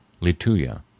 Lituya